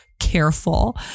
careful